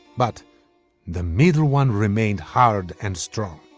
but the middle one remained hard and strong,